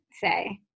say